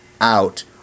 out